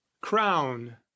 crown